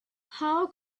how